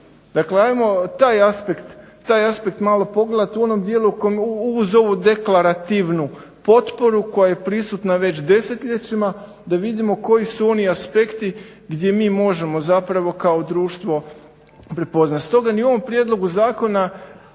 Dakle ajmo taj aspekt malo pogledati u onom dijelu uz ovu deklarativnu potporu koja je prisutna već desetljećima da vidimo koji su oni aspekti gdje mi možemo kao društvo prepoznati.